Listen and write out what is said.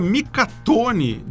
Mikatone